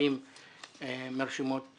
חברים ממפלגות